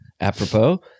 Apropos